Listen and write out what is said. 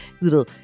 little